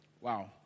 Wow